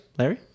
Larry